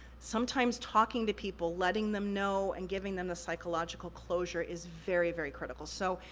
sometimes talking to people, letting them know, and giving them the psychological closure is very very critical. so,